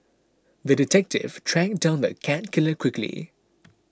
the detective tracked down the cat killer quickly